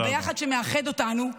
ביחד שמאחד אותנו.